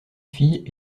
fille